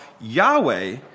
Yahweh